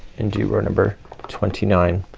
and do row number twenty nine.